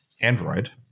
Android